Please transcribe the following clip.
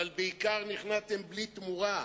אבל בעיקר נכנעתם בלי תמורה.